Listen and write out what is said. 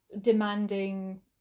demanding